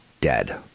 dead